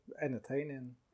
entertaining